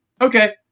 Okay